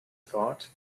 thought